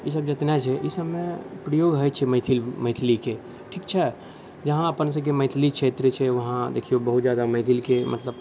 ईसब जतना छै ई सबमे प्रयोग होइ छै मैथिल मैथिलीके ठीक छै जहाँ अपन सबके मैथिली छै क्षेत्र छै वहाँ देखिऔ बहुत ज्यादा मैथिलके मतलब